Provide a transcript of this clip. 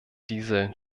diese